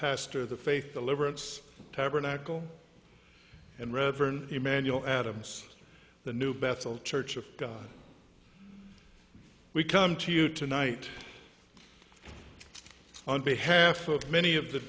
pastor of the faith deliverance tabernacle and reverend emmanuel adams the new bethel church of god we come to you tonight on behalf of many of the